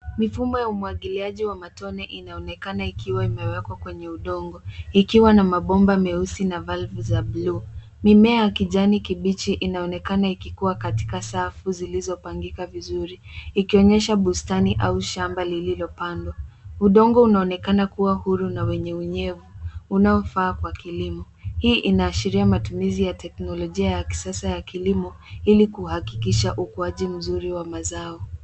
Mifumo ya umwagiliaji wa matone inaonekana ikiwa imewekwa kwenye udongo, ikiwa na mabomba meusi na valve za bluu. Mimea ya kijani kibichi inaonekana ikikua katika safu zilizopangika vizuri, ikionyesha bustani au shamba lililopandwa. Udongo unaonekana kuwa huru na wenye unyevu unaofaa kwa kilimo. Hii inaashiria matumizi ya teknolojia ya kisasa ya kilimo ilikuhakikisha ukuaji mzuri wa mazao.